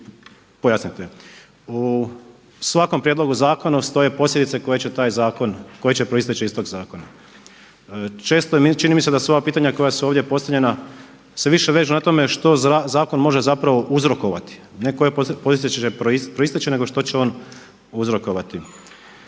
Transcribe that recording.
i pojasnite. U svakom prijedlogu zakona stoje posljedice koje će proisteći iz tog zakona. Čini mi se da su ova pitanja koja su ovdje postavljena se više vežu na tome što zakon može uzrokovati, ne koje posljedice će proisteći nego što će on uzrokovati.